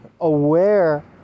aware